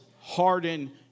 harden